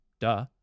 duh